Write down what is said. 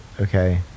okay